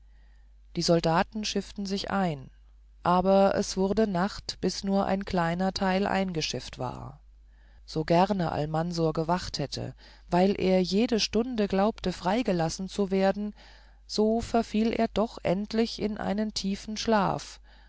die soldaten schifften sich ein aber es wurde nacht bis nur ein kleiner teil eingeschifft war so gerne almansor gewacht hätte weil er jede stunde glaubte freigelassen zu werden so verfiel er doch endlich in einen tiefen schlaf